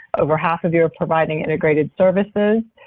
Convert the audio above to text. over half of you are providing integrated services.